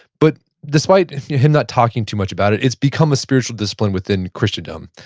but despite him not talking too much about it, it's become a spiritual discipline within christiandom.